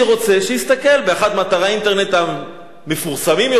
שיסתכל באחד מאתרי האינטרנט המפורסמים יותר,